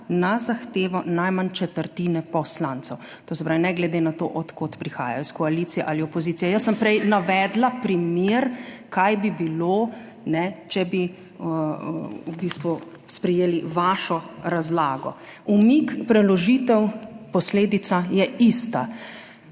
na zahtevo najmanj četrtine poslancev, to se pravi, ne glede na to, od kod prihajajo, iz koalicije ali opozicije. Jaz sem prej navedla primer, kaj bi bilo, če bi v bistvu sprejeli vašo razlago, umik, preložitev, posledica je ista.